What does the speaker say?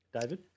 David